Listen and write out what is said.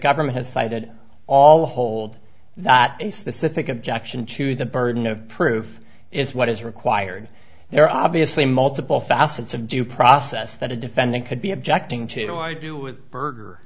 government has cited all hold that a specific objection to the burden of proof is what is required there are obviously multiple facets of due process that a defendant could be objecting to i do with berger